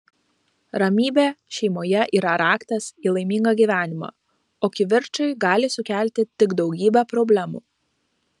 ramybė šeimoje yra raktas į laimingą gyvenimą o kivirčai gali sukelti tik daugybę problemų